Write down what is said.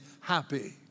happy